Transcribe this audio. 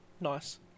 Nice